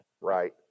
right